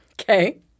Okay